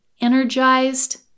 energized